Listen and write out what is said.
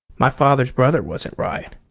my father's brother wasn't right.